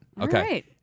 Okay